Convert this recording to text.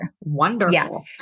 Wonderful